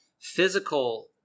physical